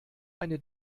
eine